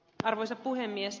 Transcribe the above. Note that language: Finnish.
arvoisa puhemies